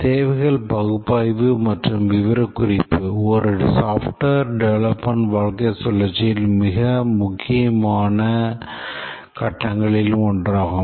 தேவைகள் பகுப்பாய்வு மற்றும் விவரக்குறிப்பு ஒரு software டெவெலப்மென்ட் வாழ்க்கைச் சுழற்சியில் மிக முக்கியமான கட்டங்களில் ஒன்றாகும்